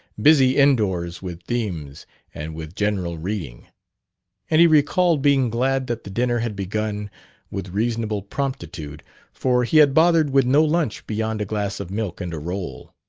busy indoors with themes and with general reading and he recalled being glad that the dinner had begun with reasonable promptitude for he had bothered with no lunch beyond a glass of milk and a roll.